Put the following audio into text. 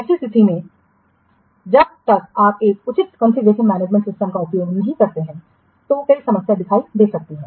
ऐसी स्थिति में जब तक आप एक उचित कॉन्फ़िगरेशनमैनेजमेंट सिस्टम का उपयोग नहीं करते हैं तो कई समस्याएं दिखाई दे सकती हैं